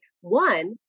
one